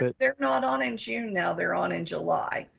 ah they're not on in june now. they're on in july,